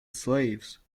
slaves